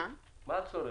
מה הצורך?